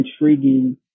intriguing